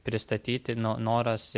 pristatyti no noras